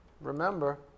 Remember